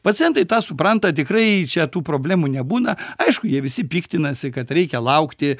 pacientai tą supranta tikrai čia tų problemų nebūna aišku jie visi piktinasi kad reikia laukti